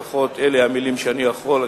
לפחות אלה המלים שאני יכול,